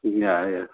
ꯌꯥꯔꯦ ꯌꯥꯔꯦ